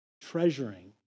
treasuring